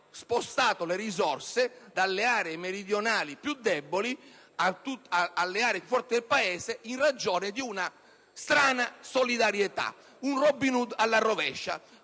spostato le risorse dalle aree meridionali più deboli alle aree forti del Paese, in ragione di una strana solidarietà: un Robin Hood alla rovescia.